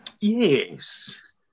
yes